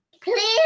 Please